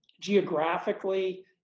geographically